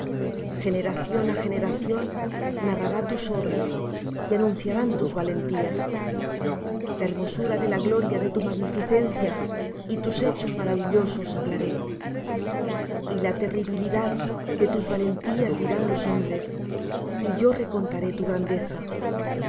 generación á generación narrará tus obras y anunciarán tus valentías la hermosura de la gloria de tu magnificencia y tus hechos maravillosos hablaré y la terribilidad de tus valentías dirán los hombres y yo recontaré tu grandeza